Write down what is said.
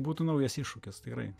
būtų naujas iššūkis tikrai